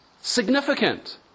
Significant